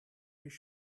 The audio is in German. mich